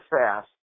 fast